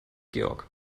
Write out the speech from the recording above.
georg